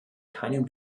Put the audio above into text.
keinen